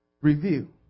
Review